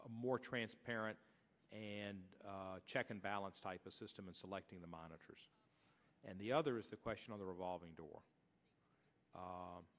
a more transparent and check and balance type system of selecting the monitors and the other is the question of the revolving door